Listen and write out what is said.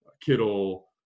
Kittle